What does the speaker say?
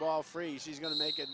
ball free she's going to make it